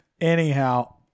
Anyhow